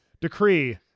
Decree